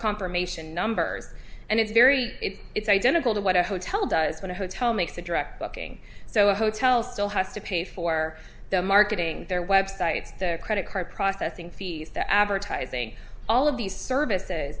confirmation numbers and it's very it's identical to what a hotel does when a hotel makes a direct booking so a hotel still has to pay for the marketing their websites their credit card processing fees the advertising all of these services